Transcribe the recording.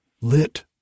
lit